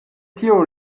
tio